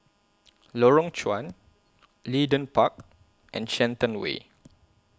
Lorong Chuan Leedon Park and Shenton Way